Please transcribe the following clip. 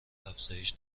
افزایش